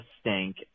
stink